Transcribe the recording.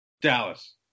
Dallas